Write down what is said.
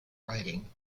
writing